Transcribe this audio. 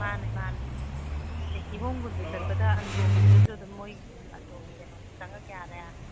ꯃꯥꯟꯅꯦ ꯃꯥꯟꯅꯦ ꯑꯦ ꯀꯤꯍꯣꯝꯕꯨꯗꯤ ꯆꯠꯄꯗ ꯑꯟꯗ꯭ꯔꯣꯒꯤꯗꯨꯗꯁꯨ ꯑꯗꯨꯝ ꯃꯣꯏ ꯑꯟꯗ꯭ꯔꯣꯒꯤ ꯀꯩꯅꯣꯁꯨ ꯆꯉꯛ ꯌꯥꯔꯦ